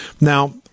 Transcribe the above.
Now